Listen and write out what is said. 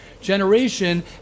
generation